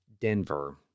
Denver